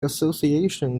association